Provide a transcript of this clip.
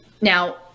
Now